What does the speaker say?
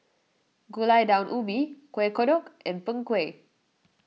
Gulai Daun Ubi Kuih Kodok and Png Kueh